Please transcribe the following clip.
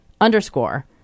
underscore